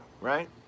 Right